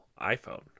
iphone